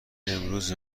امروز